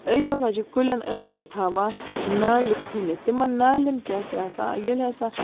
أسۍ ہَسا چھِ کُلٮ۪ن أنٛدۍ أنٛدۍ تھاوان نالہِ کھٔنِتھ تِمَن نالٮ۪ن کیاہ چھُ آسان ییٚلہِ ہَسا